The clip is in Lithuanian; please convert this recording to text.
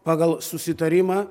pagal susitarimą